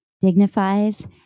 dignifies